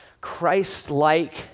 Christ-like